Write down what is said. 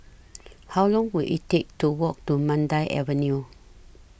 How Long Will IT Take to Walk to Mandai Avenue